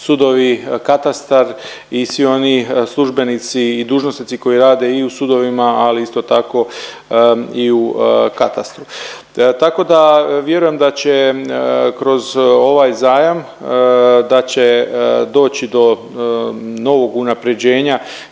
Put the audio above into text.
sudovi, katastar i svi oni službenici i dužnosnici koji rade i u sudovima, ali isto tako i u katastru. Tako da vjerujem da će kroz ovaj zajam, da će doći do novog unapređenja